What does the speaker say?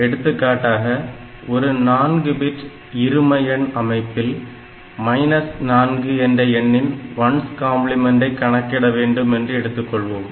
எடுத்துக்காட்டாக ஒரு 4 bit இரும எண் அமைப்பில் 4 என்ற எண்ணின் 1s கம்பிளிமென்டை கணக்கிட வேண்டும் என்று எடுத்துக்கொள்வோம்